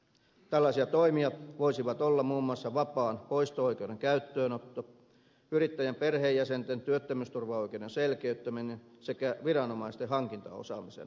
tällaisia toimia voisivat olla muun muassa vapaan poisto oikeuden käyttöönotto yrittäjän perheenjäsenten työttömyysturvaoikeuden selkeyttäminen sekä viranomaisten hankintaosaamisen parantaminen